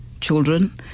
children